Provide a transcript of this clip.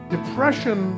Depression